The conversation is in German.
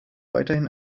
weiterhin